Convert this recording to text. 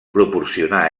proporcionar